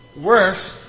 Worst